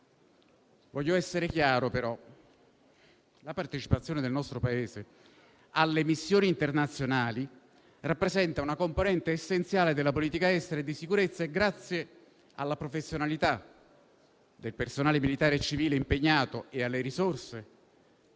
Voglio essere chiaro, però. La partecipazione del nostro Paese alle missioni internazionali rappresenta una componente essenziale della politica estera e di sicurezza e, grazie alla professionalità del personale militare e civile impegnato e alle risorse